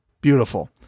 beautiful